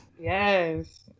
Yes